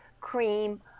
cream